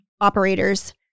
operators